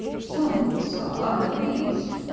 some of us are, at least.